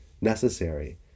necessary